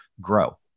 grow